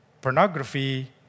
pornography